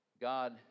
God